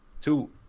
Two